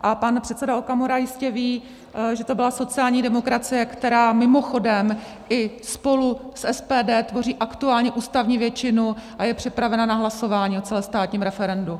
A pan předseda Okamura jistě ví, že to byla sociální demokracie, která mimochodem i s spolu s SPD tvoří aktuální ústavní většinu a je připravena na hlasování o celostátním referendu.